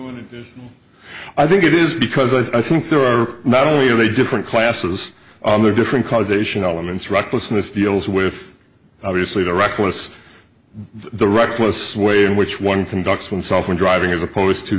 then i think it is because i think there are not only are they different classes they're different causation elements recklessness deals with obviously the reckless the reckless way in which one conducts himself in driving as opposed to